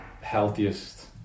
healthiest